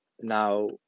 Now